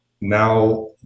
now